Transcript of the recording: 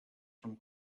from